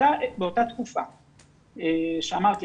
באותה תקופה שאמרתי,